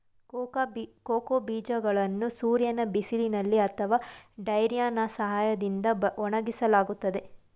cocoa ಬೀಜಗಳನ್ನು ಸೂರ್ಯನ ಬಿಸಿಲಿನಲ್ಲಿ ಅಥವಾ ಡ್ರೈಯರ್ನಾ ಸಹಾಯದಿಂದ ಒಣಗಿಸಲಾಗುತ್ತದೆ